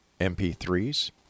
MP3s